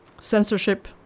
censorship